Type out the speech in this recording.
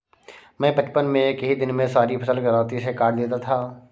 मैं बचपन में एक ही दिन में सारी फसल दरांती से काट देता था